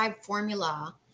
formula